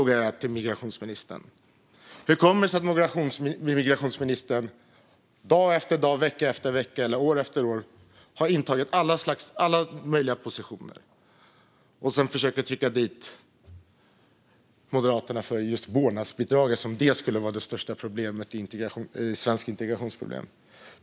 Min fråga till migrationsministern är: Hur kommer det sig att ministern dag efter dag, vecka efter vecka och år efter år har intagit alla möjliga slags positioner och sedan försöker trycka dit Moderaterna för vårdnadsbidraget, som om det skulle vara det största svenska integrationsproblemet?